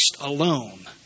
alone